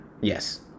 Yes